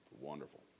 Wonderful